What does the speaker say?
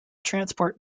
transport